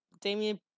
Damien